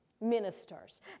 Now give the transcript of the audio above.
ministers